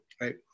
right